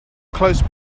close